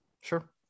Sure